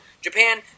Japan